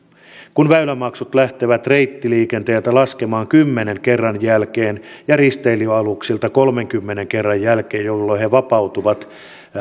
kun väylämaksut lähtevät reittiliikenteeltä laskemaan kymmenen kerran jälkeen ja risteilyaluksilta kolmenkymmenen kerran jälkeen jolloin he vapautuvat